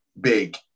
big